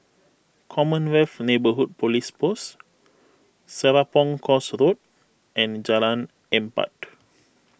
Commonwealth Neighbourhood Police Post Serapong Course Road and Jalan Empat